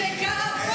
זו גאווה.